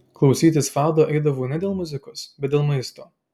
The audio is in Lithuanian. klausytis fado eidavau ne dėl muzikos bet dėl maisto